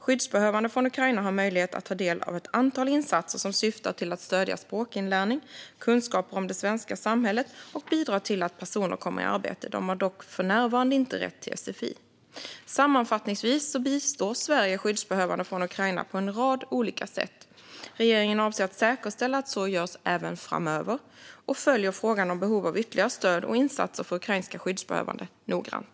Skyddsbehövande från Ukraina har möjlighet att ta del av ett antal insatser som syftar till att stödja språkinlärning och kunskaper om det svenska samhället och bidra till att personer kommer i arbete. De har dock för närvarande inte rätt till sfi. Sammanfattningsvis bistår Sverige skyddsbehövande från Ukraina på en rad olika sätt. Regeringen avser att säkerställa att så görs även framöver och följer frågan om behov av ytterligare stöd och insatser för ukrainska skyddsbehövande noggrant.